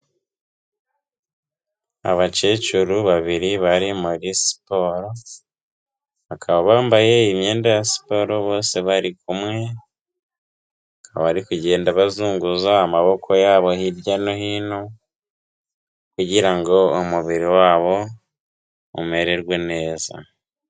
Abakecuru babiri bari muri siporo, bakaba bambaye imyenda ya siporo bose bari kumwe, bakaba bari kugenda bazunguza amaboko yabo hirya no hino, kugira ngo umubiri wabo umererwe neza.